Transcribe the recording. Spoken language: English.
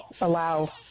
allow